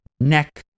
neck